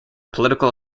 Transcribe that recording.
political